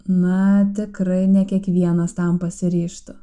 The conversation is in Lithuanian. na tikrai ne kiekvienas tam pasiryžtų